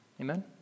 Amen